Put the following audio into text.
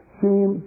seem